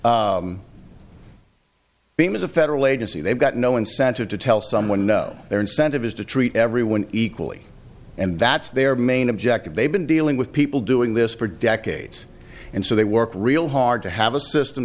is a federal agency they've got no incentive to tell someone no their incentive is to treat everyone equally and that's their main objective they've been dealing with people doing this for decades and so they work real hard to have a system